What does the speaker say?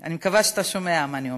אני מקווה שאתה שומע מה אני אומרת.